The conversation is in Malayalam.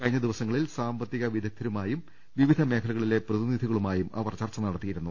കഴിഞ്ഞ ദിവസങ്ങളിൽ സാമ്പത്തിക വിദഗ്ധരുമായും വിവിധ മേഖലകളിലെ പ്രതി നിധികളുമായും അവർ ചർച്ച നടത്തിയിരുന്നു